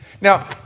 Now